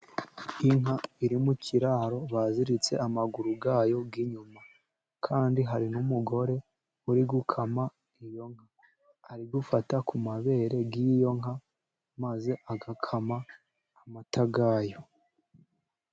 Inka iri mu kiraro baziritse amaguru yayo y'inyuma, kandi hari n'umugore uri gukama iyo nka, ari gufata ku mabere y'iyo nka, maze agakama amata yayo.